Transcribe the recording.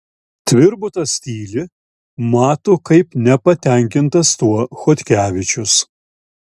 tvirbutas tyli mato kaip nepatenkintas tuo chodkevičius